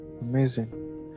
Amazing